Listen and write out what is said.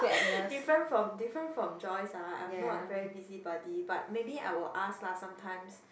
different from different fom Joyce ah I'm not very busybody but maybe I will ask lah sometimes